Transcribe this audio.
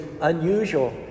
unusual